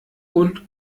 und